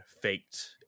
faked